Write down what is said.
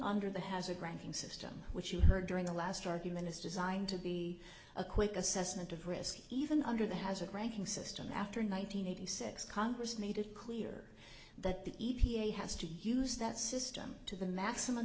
under the hazard ranking system which you heard during the last argument is designed to be a quick assessment of risk even under the hazard ranking system after nine hundred eighty six congress made it clear that the e p a has to use that system to the maximum